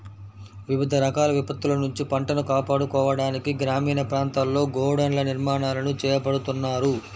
వివిధ రకాల విపత్తుల నుంచి పంటను కాపాడుకోవడానికి గ్రామీణ ప్రాంతాల్లో గోడౌన్ల నిర్మాణాలను చేపడుతున్నారు